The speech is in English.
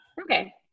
Okay